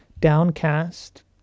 downcast